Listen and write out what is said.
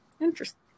interesting